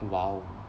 !wow!